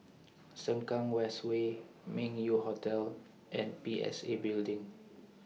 Sengkang West Way Meng Yew Hotel and P S A Building